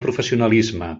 professionalisme